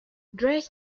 dress